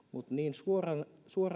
suorina